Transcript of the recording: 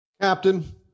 Captain